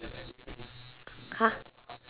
!huh!